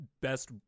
best